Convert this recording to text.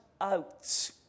out